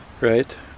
right